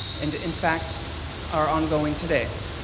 and in fact are ongoing today,